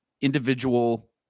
individual